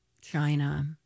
China